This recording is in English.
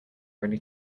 ready